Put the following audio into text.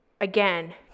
again